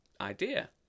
idea